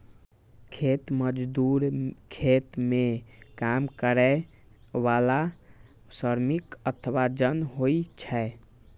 खेत मजदूर खेत मे काम करै बला श्रमिक अथवा जन होइ छै